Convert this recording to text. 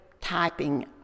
typing